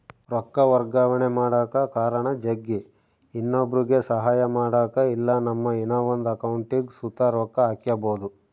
ರೊಕ್ಕ ವರ್ಗಾವಣೆ ಮಾಡಕ ಕಾರಣ ಜಗ್ಗಿ, ಇನ್ನೊಬ್ರುಗೆ ಸಹಾಯ ಮಾಡಕ ಇಲ್ಲಾ ನಮ್ಮ ಇನವಂದ್ ಅಕೌಂಟಿಗ್ ಸುತ ರೊಕ್ಕ ಹಾಕ್ಕ್ಯಬೋದು